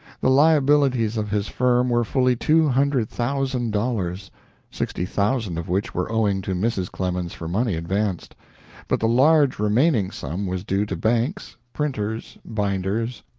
the liabilities of his firm were fully two hundred thousand dollars sixty thousand of which were owing to mrs. clemens for money advanced but the large remaining sum was due to banks, printers, binders,